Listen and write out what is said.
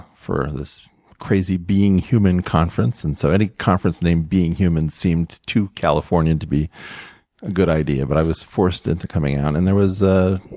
for this crazy being human conference. and so any conference named being human seemed too californian to be a good idea, but was forced into coming out. and there was ah